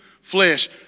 flesh